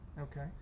Okay